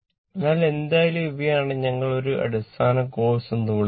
അതിനാൽ എന്തായാലും ഇവയെയാണ് ഞങ്ങൾ ഒരു അടിസ്ഥാന കോഴ്സ് എന്ന് വിളിക്കുന്നത്